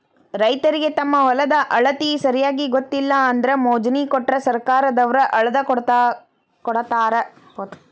ರೈತರಿಗೆ ತಮ್ಮ ಹೊಲದ ಅಳತಿ ಸರಿಯಾಗಿ ಗೊತ್ತಿಲ್ಲ ಅಂದ್ರ ಮೊಜ್ನಿ ಕೊಟ್ರ ಸರ್ಕಾರದವ್ರ ಅಳ್ದಕೊಡತಾರ